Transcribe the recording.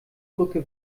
brücke